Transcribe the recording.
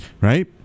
right